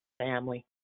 Family